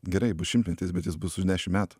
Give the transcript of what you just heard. gerai bus šimtmetis bet jis bus už dešim metų